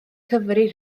cyfri